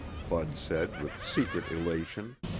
bud said with secret elation.